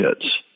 hits